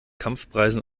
kampfpreisen